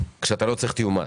כשאתה לא צריך תיאום מס.